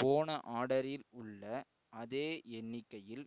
போன ஆர்டரில் உள்ள அதே எண்ணிக்கையில்